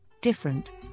different